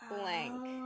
blank